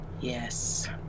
Yes